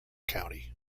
county